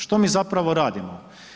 Što mi zapravo radimo?